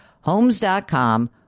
Homes.com